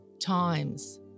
times